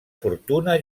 fortuna